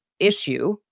Issue